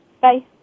Bye